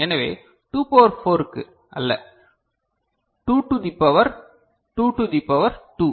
எனவே 2 பவர் 4 க்கு அல்ல 2 to the power 2 to the power 2